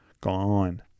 Gone